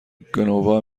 گنوا